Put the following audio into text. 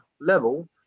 level